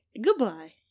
Goodbye